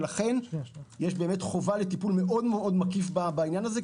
ולכן יש באמת חובה לטיפול מאוד מאוד מקיף בעניין הזה,